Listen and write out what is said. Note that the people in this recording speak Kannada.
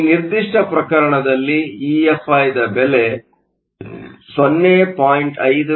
ಈ ನಿರ್ದಿಷ್ಟ ಪ್ರಕರಣದಲ್ಲಿ EFi ದ ಬೆಲೆ 0